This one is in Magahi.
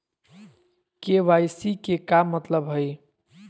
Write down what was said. के.वाई.सी के का मतलब हई?